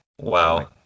Wow